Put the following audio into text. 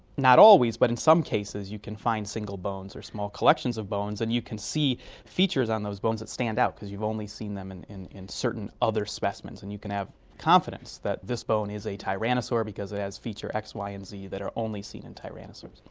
not always, but in some cases you can find single bones or small collections of bones and you can see features on those bones that stand out because you've only seen them in in certain other specimens and you can have confidence that this bone is a tyrannosaur because it has feature x, y and z that are only seen in tyrannosaurs.